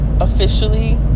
officially